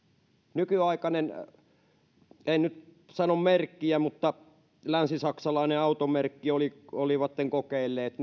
nykyaikainen automerkki en nyt sano merkkiä mutta länsisaksalainen oli oli kokeillut